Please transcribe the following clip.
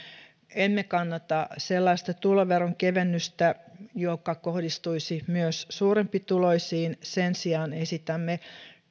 emme kannata sellaista tuloveron kevennystä joka kohdistuisi myös suurempituloisiin sen sijaan esitämme